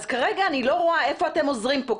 אני לא רואה איפה אתם עוזרים פה.